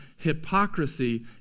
Hypocrisy